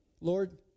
Lord